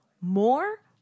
more